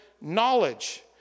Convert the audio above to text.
knowledge